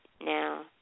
now